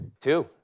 Two